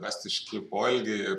drastiški poelgiai